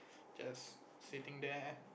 just sitting there